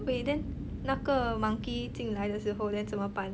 wait then 那个 monkey 进来来的时候 then 怎么办